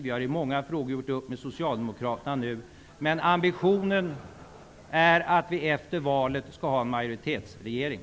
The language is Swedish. Vi har i många frågor gjort upp med Socialdemokraterna, men ambitionen är att vi efter valet skall ha en majoritetsregering.